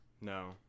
No